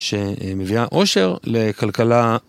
שמביאה אושר לכלכלה.